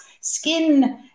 skin